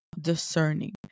discerning